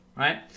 Right